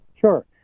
Sure